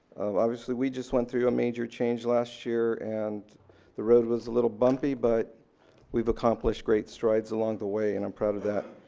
obviously, we just went through a major change last year and the road was a little bumpy but we've accomplished great strides along the way and i'm proud of that.